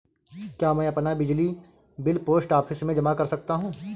क्या मैं अपना बिजली बिल पोस्ट ऑफिस में जमा कर सकता हूँ?